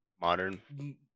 Modern